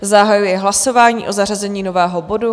Zahajuji hlasování o zařazení nového bodu.